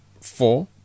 four